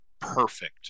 perfect